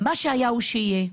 מה שהיה הוא שיהיה.